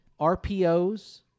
RPOs